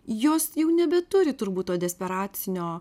jos jau nebeturi turbūt to desperacinio